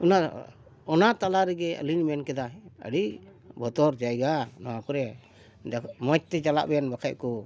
ᱚᱱᱟ ᱚᱱᱟ ᱛᱟᱞᱟ ᱨᱮᱜᱮ ᱟᱹᱞᱤᱧ ᱢᱮᱱ ᱠᱮᱫᱟ ᱟᱹᱰᱤ ᱵᱚᱛᱚᱨ ᱡᱟᱭᱜᱟ ᱱᱚᱣᱟ ᱠᱚᱨᱮ ᱢᱚᱡᱽ ᱛᱮ ᱪᱟᱞᱟᱜ ᱵᱮᱱ ᱵᱟᱠᱷᱟᱡ ᱠᱚ